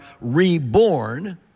reborn